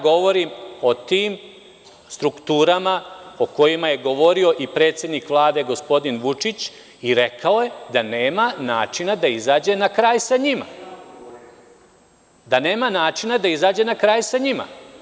Govorim o tim strukturama o kojima je govorio i predsednik Vlade, gospodin Vučić, i rekao je da nema načina da izađe na kraj sa njima. da nema načina da izađe na kraj sa njima.